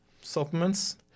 supplements